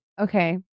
Okay